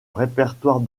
répertoire